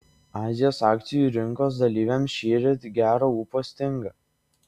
azijos akcijų rinkos dalyviams šįryt gero ūpo stinga